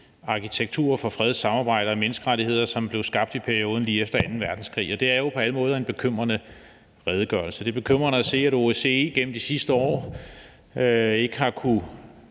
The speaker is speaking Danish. arkitektur for fred, samarbejde og menneskerettigheder, som blev skabt i perioden lige efter anden verdenskrig. Det er jo på alle måder en bekymrende redegørelse. Det er bekymrende at se, at OSCE gennem de sidste år – og